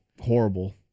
Horrible